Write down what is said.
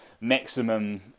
maximum